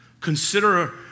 Consider